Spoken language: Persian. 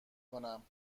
کنم